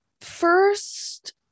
first